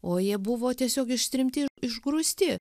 o jie buvo tiesiog ištremti išgrūsti